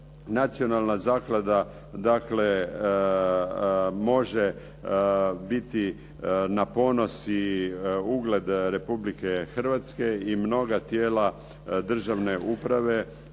Nacionalna zaklada može biti na ponos i ugled Republike Hrvatske i mnoga tijela državne uprave,